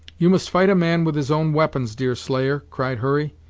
you must fight a man with his own we'pons, deerslayer, cried hurry,